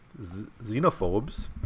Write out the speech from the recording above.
xenophobes